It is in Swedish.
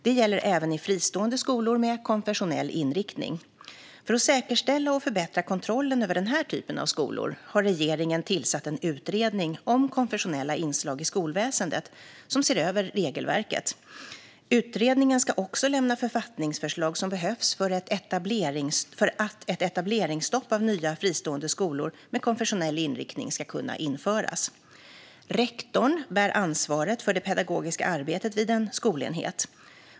Det gäller även i fristående skolor med konfessionell inriktning. För att säkerställa och förbättra kontrollen över den här typen av skolor har regeringen tillsatt en utredning om konfessionella inslag i skolväsendet som ser över regelverket. Utredningen ska också lämna författningsförslag som behövs för att ett etableringsstopp för nya fristående skolor med konfessionell inriktning ska kunna införas. Rektorn bär ansvaret för det pedagogiska arbetet vid en skolenhet.